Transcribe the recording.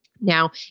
Now